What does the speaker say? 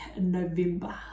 November